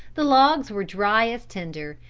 the logs were dry as tinder,